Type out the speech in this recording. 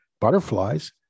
butterflies